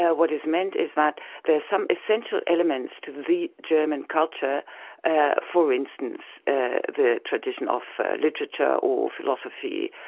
yeah what is meant is that there's some essential elements to the german culture for instance the tradition of literature or philosophy,